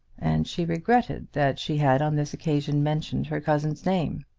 and she regretted that she had on this occasion mentioned her cousin's name.